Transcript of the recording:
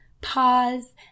pause